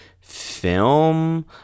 film